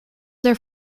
their